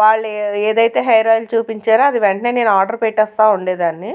వాళ్ళు ఏదైతే hair oil చూపించారో అది వెంటనే నేను ఆర్డర్ పెట్టేస్తా ఉండేదాన్ని